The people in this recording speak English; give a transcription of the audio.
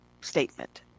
statement